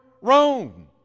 Rome